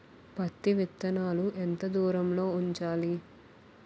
పత్తి విత్తనాలు ఎంత దూరంలో ఉంచాలి?